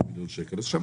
אז שמענו.